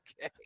okay